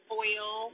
oil